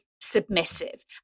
submissive